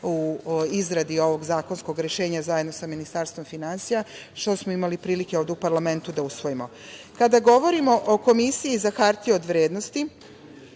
u izradi ovog zakonskog rešenja zajedno sa Ministarstvom finansija, što smo imali prilike ovde u parlamentu da usvojimo. Kada govorimo o Komisiji za hartije od vrednosti,